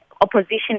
opposition